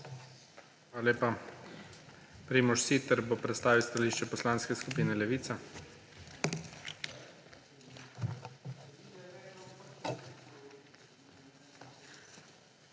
Hvala lepa. Primož Siter bo predstavil stališče Poslanske skupine Levica.